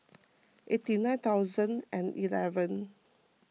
eighty nine thousand and eleven